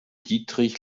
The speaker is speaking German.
dietrich